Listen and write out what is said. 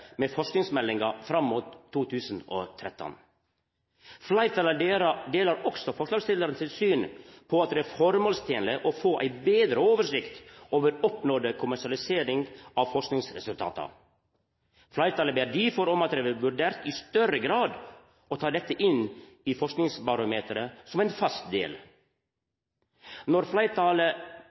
med forskingsmeldinga fram mot 2013. Fleirtalet deler også forslagsstillarane sitt syn på at det er føremålstenleg å få ei betre oversikt over oppnådd kommersialisering av forskingsresultata. Fleirtalet ber difor om at det vert vurdert i større grad å ta dette inn i Forskingsbarometeret som ein fast del. Når fleirtalet